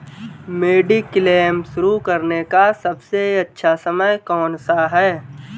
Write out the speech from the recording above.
Mediclaim शुरू करने का सबसे अच्छा समय कौनसा है?